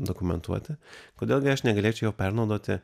dokumentuoti kodėl gi aš negalėčiau jo pernaudoti